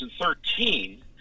2013